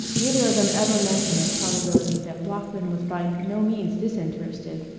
neither of them ever mentioned the probability that bloeckman was by no means disinterested,